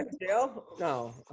no